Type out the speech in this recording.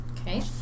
Okay